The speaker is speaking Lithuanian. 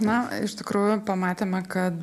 na iš tikrųjų pamatėme kad